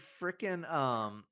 freaking